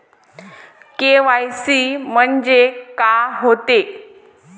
KYC म्हंनजे का होते?